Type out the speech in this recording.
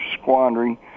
squandering